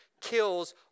kills